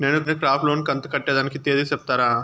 నేను crop loan కంతు కట్టేదానికి తేది సెప్తారా?